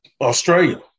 Australia